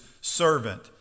servant